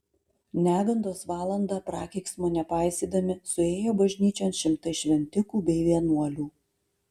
negandos valandą prakeiksmo nepaisydami suėjo bažnyčion šimtai šventikų bei vienuolių